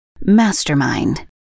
Mastermind